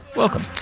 welcome.